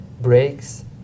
breaks